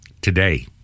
today